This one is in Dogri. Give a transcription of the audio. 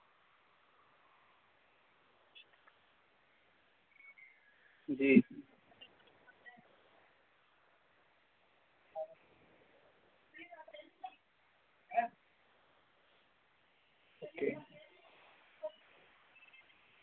जी ओके